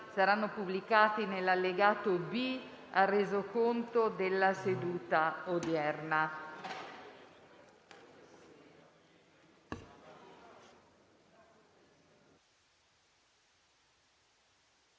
saranno pubblicati nell'allegato B al Resoconto della seduta odierna.